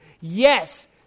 Yes